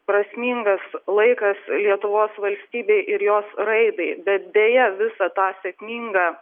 prasmingas laikas lietuvos valstybei ir jos raidai bet deja visą tą sėkmingą